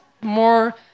more